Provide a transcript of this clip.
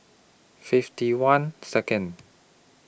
fifty one Second